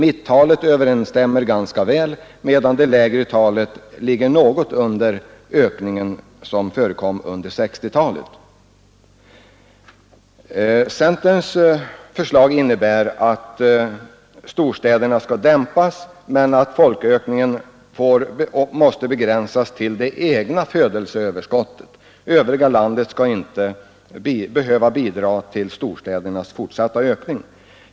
Mittalet överensstämmer ganska väl med ökningen under 1960-talet, medan det lägre talet ligger något därunder. Centerns förslag innebär att storstäderna skall dämpas och att deras befolkningsökning måste begränsas till det egna födelseöverskottet. Övriga landet skall inte behöva bidra till storstädernas fortsatta ökning.